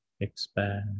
expand